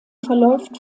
verläuft